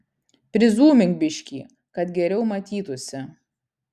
prizūmink biškį kad geriau matytųsi